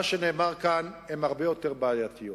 מה שנאמר כאן, הן הרבה יותר בעייתיות.